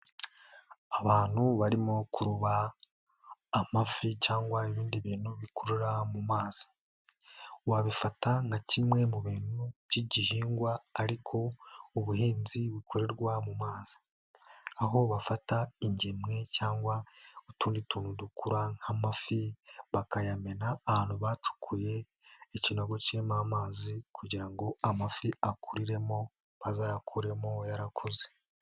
Abantu barimo kuroba amafi cyangwa ibindi bintu bikurura mu mazi, wabifata nka kimwe mu bintu by'igihingwa ariko ubuhinzi bukorerwa mu mazi, aho bafata ingemwe cyangwa utundi tuntu dukura nk'amafi bakayamena ahantu bacukuye ikinogo kirimo amazi, kugira ngo amafi akuriremo bazayakuremo yarakuze.